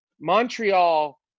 Montreal